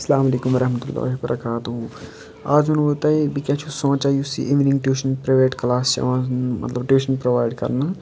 اَلسَلامُ عَلیکُم وَرحمَتہ اللہِ وَبَرَکاتہ آز وَںو بہٕ تۄہہِ بہٕ کیاہ چھُس سونٛچان یُس یہِ اِنونٛٹیشَن پرایویٹ کلاس چھُ یِوان مطلب ٹیوٗشَن پرووایڈ کَرنہٕ